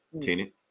tenant